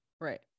Right